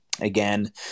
again